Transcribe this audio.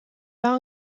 pas